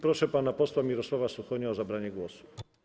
Proszę pana posła Mirosława Suchonia o zabranie głosu.